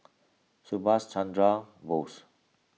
Subhas Chandra Bose